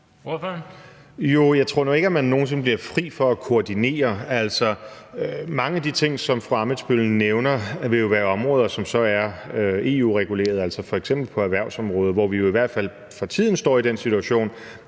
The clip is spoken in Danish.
Jeg tror nu ikke, at man nogen sinde bliver fri for at koordinere. Mange af de ting, som fru Katarina Ammitzbøll nævner, vil jo være områder, som er EU-reguleret, f.eks. erhvervsområdet, hvor vi jo i hvert fald for tiden står i den situation,